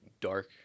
dark